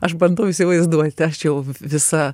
aš bandau įsivaizduoti aš jau visa